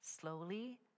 Slowly